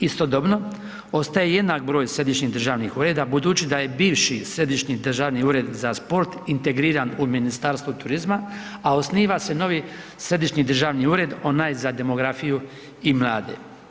Istodobno, ostaje jednak broj središnjih državnih ureda budući da je bivši Središnji državni ured za sport integriran u Ministarstvu turizma, a osniva se novi Središnji državni ured, onaj za demografiju i mlade.